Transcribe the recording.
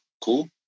cool